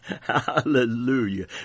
Hallelujah